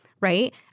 Right